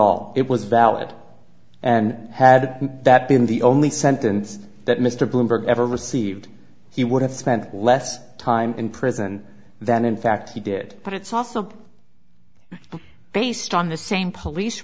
all it was valid and had that been the only sentence that mr bloomberg ever received he would have spent less time in prison than in fact he did but it's also based on the same police